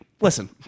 listen